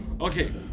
Okay